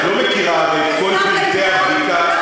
את לא מכירה, הרי, את כל פרטי הבדיקה.